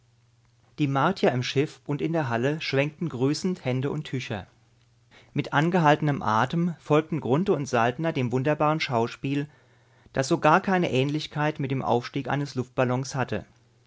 die martier im schiff und in der halle schwenkten grüßend hände und tücher mit angehaltenem atem folgten grunthe und saltner dem wunderbaren schauspiel das so gar keine ähnlichkeit mit dem aufstieg eines luftballons hatte